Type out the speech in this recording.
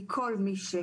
למה היא כל כך